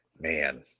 man